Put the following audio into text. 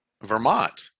Vermont